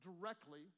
directly